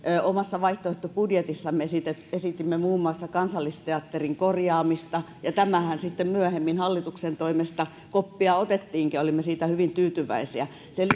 omassa vaihtoehtobudjetissamme esitimme esitimme muun muassa kansallisteatterin korjaamista ja tästähän sitten myöhemmin hallituksen toimesta koppia otettiinkin olimme siitä hyvin tyytyväisiä sen